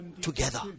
together